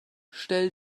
stell